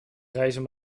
reizen